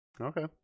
Okay